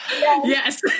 Yes